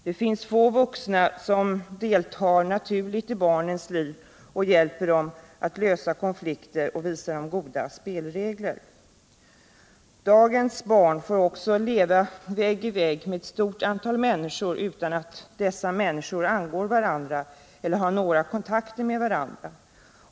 Det finns få vuxna som deltar naturligt i barnens liv och hjälper dem att lösa konflikter och lär dem goda spelregler. Dagens barn får också leva vägg i vägg med ett stort antal människor utan att dessa människor angår varandra eller har några kontakter med varandra.